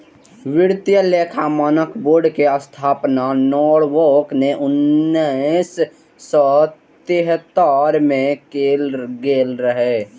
वित्तीय लेखा मानक बोर्ड के स्थापना नॉरवॉक मे उन्नैस सय तिहत्तर मे कैल गेल रहै